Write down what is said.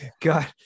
God